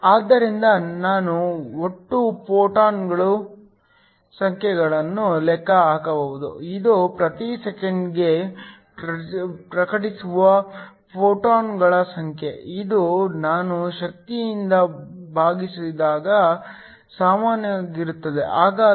ಆದ್ದರಿಂದ ನಾವು ಒಟ್ಟು ಫೋಟಾನ್ಗಳ ಸಂಖ್ಯೆಯನ್ನು ಲೆಕ್ಕ ಹಾಕಬಹುದು ಇದು ಪ್ರತಿ ಸೆಕೆಂಡಿಗೆ ಘಟಿಸುವ ಫೋಟಾನ್ಗಳ ಸಂಖ್ಯೆ ಇದು ನಾನು ಶಕ್ತಿಯಿಂದ ಭಾಗಿಸಿದಾಗ ಸಮನಾಗಿರುತ್ತದೆ